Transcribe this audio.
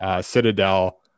Citadel